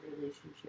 relationship